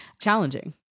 challenging